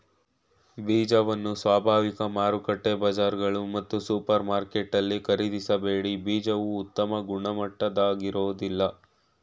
ಬೀಜವನ್ನು ಸ್ವಾಭಾವಿಕ ಮಾರುಕಟ್ಟೆ ಬಜಾರ್ಗಳು ಮತ್ತು ಸೂಪರ್ಮಾರ್ಕೆಟಲ್ಲಿ ಖರೀದಿಸಬೇಡಿ ಬೀಜವು ಉತ್ತಮ ಗುಣಮಟ್ಟದಾಗಿರೋದಿಲ್ಲ